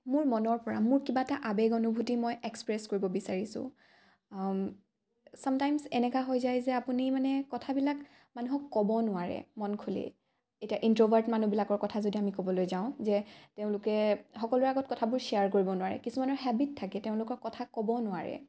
মোৰ মনৰ পৰা মোৰ কিবা এটা আৱেগ অনুভূতি মই এক্সপ্ৰেছ কৰিব বিচাৰিছোঁ চামটাইমছ এনেকুৱা হৈ যায় যে আপুনি মানে কথাবিলাক মানুহক ক'ব নোৱাৰে মন খুলি এতিয়া ইণ্ট্ৰ'ভাৰ্ট মানুহবিলাকৰ কথা যদি আমি ক'বলৈ যাওঁ যে তেওঁলোকে সকলোৰে আগত কথাবোৰ শ্বেয়াৰ কৰিব নোৱাৰে কিছুমানৰ হেবিট থাকে তেওঁলোকৰ কথা ক'ব নোৱাৰে